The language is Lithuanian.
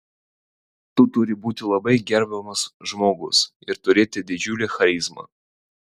tu turi būti labai gerbiamas žmogus ir turėti didžiulę charizmą